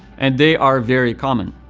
and they are very common.